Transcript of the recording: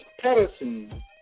Patterson